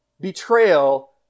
betrayal